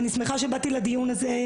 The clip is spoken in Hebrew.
אני שמחה שבאתי לדיון הזה.